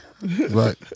Right